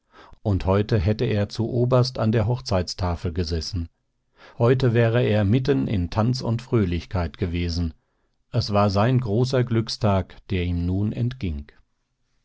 und heute hätte er zu oberst an der hochzeitstafel gesessen heute wäre er mitten in tanz und fröhlichkeit gewesen es war sein großer glückstag der ihm nun entging